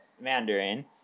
Mandarin